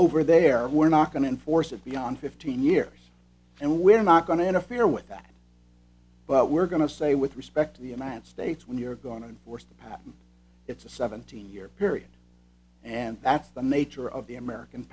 over there we're not going to enforce it beyond fifteen years and we're not going to interfere with that but we're going to say with respect to the united states when you're going to enforce the patent it's a seventeen year period and that's the nature of the american